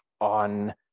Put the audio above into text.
on